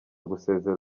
gusezera